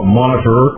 monitor